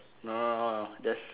no no no no just